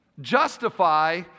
justify